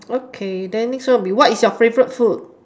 okay then next one will be what is your favourite food